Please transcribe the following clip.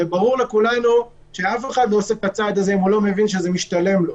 ברור לכולנו שאף אחד לא עושה את הצעד הזה אם הוא לא מבין שזה משתלם לו.